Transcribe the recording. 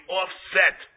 offset